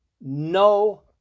no